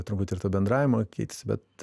turbūt ir to bendravimo keitėsi bet